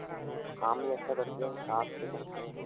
तो काम भी अच्छा करते हैं साफ भी करते हैं